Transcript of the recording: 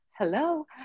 Hello